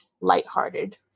lighthearted